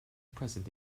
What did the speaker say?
present